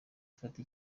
ifata